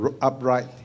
upright